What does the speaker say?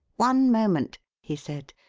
one moment! he said.